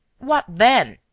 what, then?